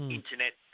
internet